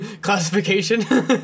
classification